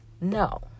No